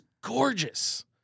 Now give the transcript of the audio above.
gorgeous